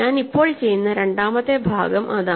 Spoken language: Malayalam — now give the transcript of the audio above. ഞാൻ ഇപ്പോൾ ചെയ്യുന്ന രണ്ടാമത്തെ ഭാഗം അതാണ്